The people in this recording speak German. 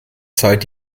zeit